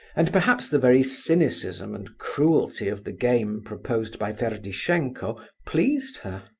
and perhaps the very cynicism and cruelty of the game proposed by ferdishenko pleased her.